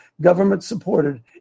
government-supported